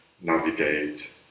navigate